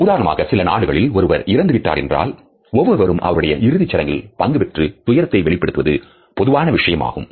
உதாரணமாக சில நாடுகளில் ஒருவர் இறந்துவிட்டார் என்றால் ஒவ்வொருவரும் அவருடைய இறுதிச் சடங்கில் பங்கு பெற்று துயரத்தை வெளிப்படுத்துவது பொதுவான விஷயமாகும்